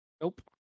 Nope